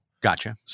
gotcha